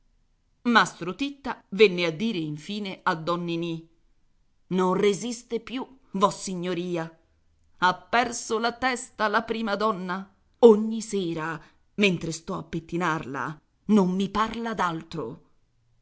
mastro titta venne a dire infine a don ninì non resiste più vossignoria ha perso la testa la prima donna ogni sera mentre sto a pettinarla non mi parla